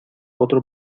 otro